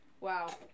Wow